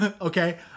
Okay